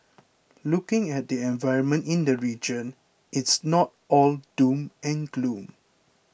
looking at the environment in the region it's not all doom and gloom